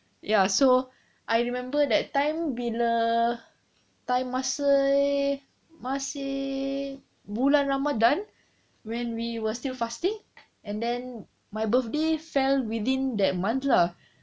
ya so I remember that time masih masih bulan ramadan that time when we were still fasting and then my birthday fell within that month lah